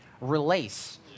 release